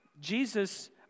Jesus